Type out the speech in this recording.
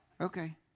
Okay